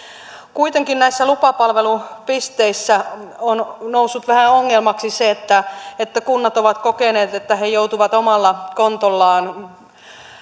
kuitenkin näissä lupapalvelupisteissä on noussut vähän ongelmaksi se että että kunnat ovat kokeneet että he joutuvat omalla kontollaan